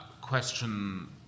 question